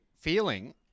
feeling